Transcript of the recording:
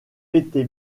été